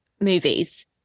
movies